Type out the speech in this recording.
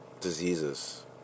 diseases